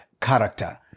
character